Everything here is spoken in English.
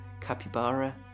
capybara